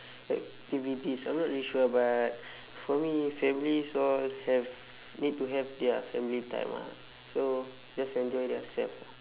activities I'm not really sure but for me families all have need to have their family time ah so just enjoy theirself ah